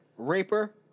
Raper